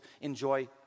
enjoy